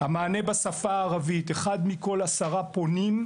המענה בשפה הערבית אחד מכל עשרה פונים,